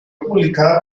publicada